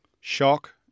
shock